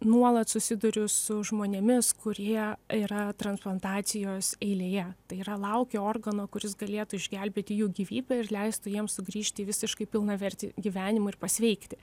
nuolat susiduriu su žmonėmis kurie yra transplantacijos eilėje tai yra laukia organo kuris galėtų išgelbėti jų gyvybę ir leistų jiems sugrįžti į visiškai pilnavertį gyvenimą ir pasveikti